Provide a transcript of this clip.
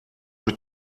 mit